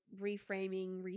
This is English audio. reframing